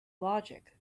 logic